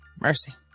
Mercy